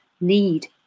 need